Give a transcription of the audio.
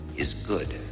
is good.